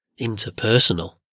interpersonal